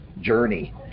journey